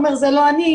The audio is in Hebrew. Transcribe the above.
הוא אומר זה לא אני,